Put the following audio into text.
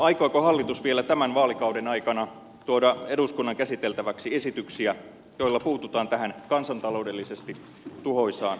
aikooko hallitus vielä tämän vaalikauden aikana tuoda eduskunnan käsiteltäväksi esityksiä joilla puututaan tähän kansantaloudellisesti tuhoisaan ongelmaan